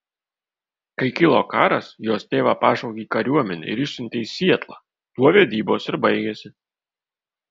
kai kilo karas jos tėvą pašaukė į kariuomenę ir išsiuntė į sietlą tuo vedybos ir baigėsi